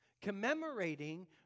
commemorating